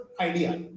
idea